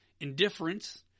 indifference